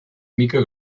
mica